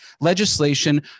legislation